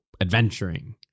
adventuring